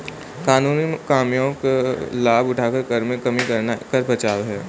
कानूनी कमियों का लाभ उठाकर कर में कमी करना कर बचाव है